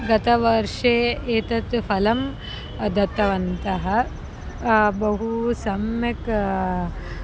गतवर्षे एतत् फलं दत्तवन्तः बहु सम्यक्